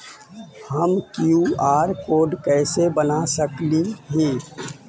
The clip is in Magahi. हम कियु.आर कोड कैसे बना सकली ही?